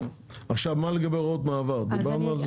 עכשיו מה לגבי הוראות מעבר דיברנו על זה?